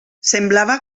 semblava